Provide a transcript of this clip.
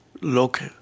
look